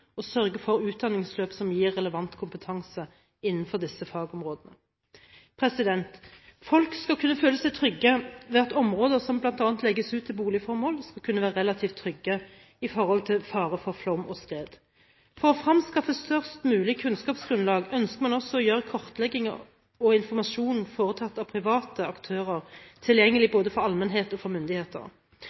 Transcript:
og sørge for utdanningsløp som gir relevant kompetanse innenfor disse fagområdene. Folk skal kunne føle seg trygge på at områder som bl.a. legges ut til boligformål, skal være relativt trygge med tanke på fare for flom og skred. For å fremskaffe størst mulig kunnskapsgrunnlag ønsker man også å gjøre kartlegging og informasjon foretatt av private aktører tilgjengelig for både allmennheten og for